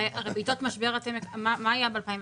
הרי בעתות משבר, מה היה ב-2003?